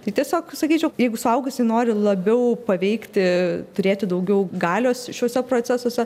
tai tiesiog sakyčiau jeigu suaugusi nori labiau paveikti turėti daugiau galios šiuose procesuose